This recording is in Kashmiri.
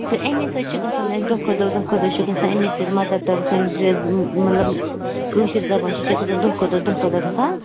تہٕ اَمی سۭتۍ چھُ گژھان اَسہِ دۄہ کھۄتہٕ دۄہ دۄہ کھۄتہٕ دۄہ چھِ گژھان اَمی سۭتۍ مَدَر ٹَنٛگ سٔنۍ مطلب کٲشِر زبان چھِ یہِ چھےٚ گژھان دۄہ کھۄتہٕ دۄہ دۄہ کھۄتہٕ دۄہ گژھان